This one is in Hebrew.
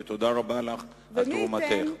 תודה רבה לך על תרומתך.